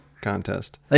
contest